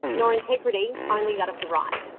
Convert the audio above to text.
nor integrity only that of the right.